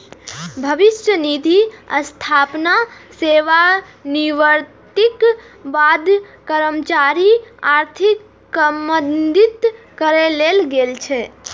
भविष्य निधिक स्थापना सेवानिवृत्तिक बाद कर्मचारीक आर्थिक मदति करै लेल गेल छै